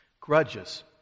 Grudges